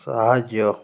ସାହାଯ୍ୟ